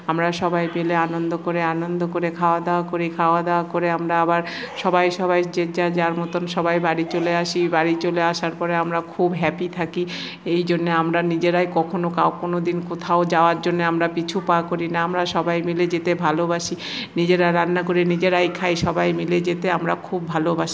আমরা সবাই মিলে আনন্দ করে আনন্দ করে খাওয়া দাওয়া করি খাওয়া দাওয়া করে আমরা আবার সবাই সবাই যে যার যার মতন সবাই বাড়ি চলে আসি বাড়ি চলে আসার পরে আমরা খুব হ্যাপি থাকি এইজন্য আমরা নিজেরাই কখনো কোনো দিন কোথাও যাওয়ার জন্যে আমরা পিছু পা করি না আমরা সবাই মিলে যেতে ভালোবাসি নিজেরা রান্না করি নিজেরাই খাই সবাই মিলে যেতে আমরা খুব ভালোবাসি